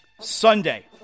Sunday